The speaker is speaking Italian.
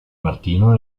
martino